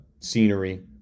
scenery